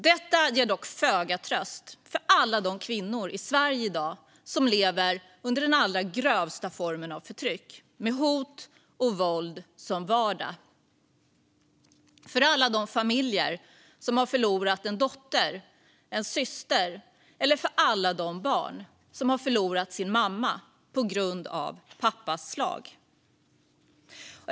Detta ger dock föga tröst för alla de kvinnor i Sverige som i dag lever under den allra grövsta formen av förtryck, med hot och våld som vardag, för alla de familjer som har förlorat en dotter eller en syster eller för alla de barn som har förlorat sin mamma på grund av pappas slag.